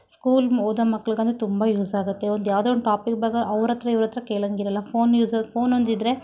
school ಓದೋ ಮಕ್ಳಿಗೆ ತುಂಬ ಯೂಸ್ ಆಗುತ್ತೆ ಒಂದು ಯಾವುದೋ ಒಂದು ಟಾಪಿಕ್ ಬಗ್ಗೆ ಅವರ ಹತ್ರ ಇವರ ಹತ್ರ ಕೇಳೋಂಗಿರಲ್ಲ ಫೋನ್ ಯೂಸ್ ಫೋನೊಂದು ಇದ್ದರೆ